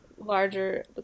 larger